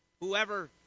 Whoever